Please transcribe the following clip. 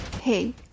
Hey